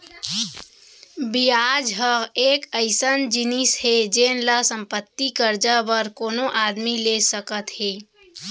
बियाज ह एक अइसन जिनिस हे जेन ल संपत्ति, करजा बर कोनो आदमी ले सकत हें